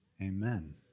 Amen